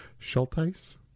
Schulteis